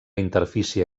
interfície